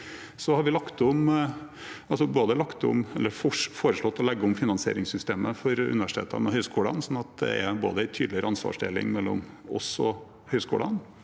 Så har vi foreslått å legge om finansieringssystemet for universitetene og høyskolene, slik at det er både en tydeligere ansvarsdeling mellom oss og høyskolene